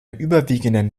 überwiegenden